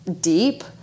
deep